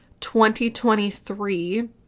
2023